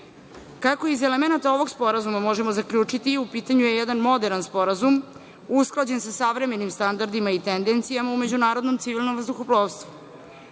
Kako iz elemenata ovog sporazuma možemo zaključiti, u pitanju je jedan moderan sporazum usklađen sa savremenim standardima i tendencijama u međunarodnom civilnom vazduhoplovstvu. Ovim